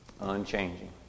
Unchanging